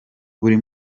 buri